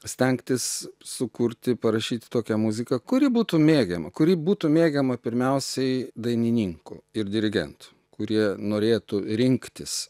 stengtis sukurti parašyti tokią muziką kuri būtų mėgiama kuri būtų mėgiama pirmiausiai dainininkų ir dirigentų kurie norėtų rinktis